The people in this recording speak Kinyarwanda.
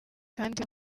kandi